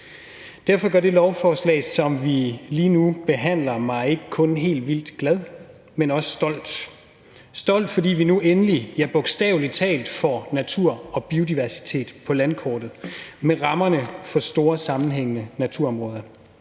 Derfor gør det lovforslag, som vi lige nu behandler, mig ikke kun helt vildt glad, men også stolt – stolt, fordi vi nu endelig bogstavelig talt får natur og biodiversitet på landkortet med rammerne for store sammenhængende naturområder.